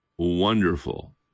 wonderful